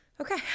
okay